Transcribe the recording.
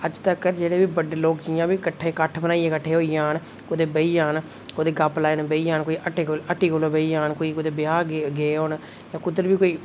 ते अज्ज धोड़ी जेह्ड़े बी बड्डे लोक न किट्ठ बनाइयै कुतै किट्ठे होई जान ते बेही जान कुतै गप्प लान बैठी जान हट्टी कोल बेही जान जां कुतै ब्याह् च बेही जान ते कुद्धर बी कोई